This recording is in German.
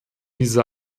diese